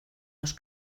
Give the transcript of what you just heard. los